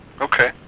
Okay